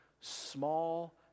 small